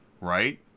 right